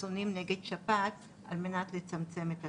חיסונים נגד שפעת על מנת לצמצם את התחלואה.